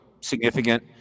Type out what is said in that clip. significant